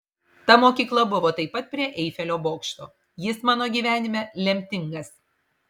ta mokykla buvo taip pat prie eifelio bokšto jis mano gyvenime lemtingas